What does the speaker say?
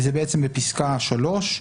וזה בפסקה (3),